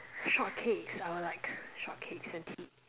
shortcakes I would like shortcakes and tea